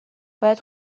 باید